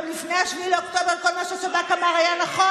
לפני 7 באוקטובר כל מה ששב"כ אמר היה נכון?